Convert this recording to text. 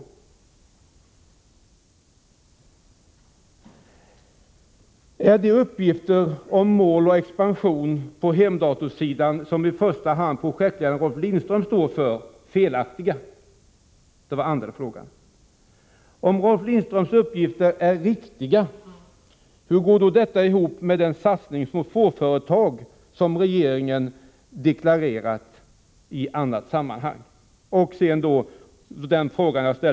2. Är de uppgifter om mål och expansion på hemdatorsidan som i första hand projektledaren Rolf Lindström står för felaktiga? 3. Om Rolf Lindströms uppgifter är riktiga, hur går då detta ihop med den satsning på småföretag som regeringen i annat sammanhang deklarerat sig vilja göra? 4.